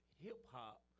hip-hop